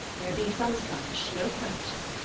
there be some such, no question.